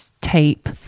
tape